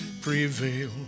prevail